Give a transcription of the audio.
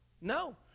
No